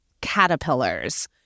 caterpillars